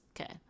okay